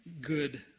good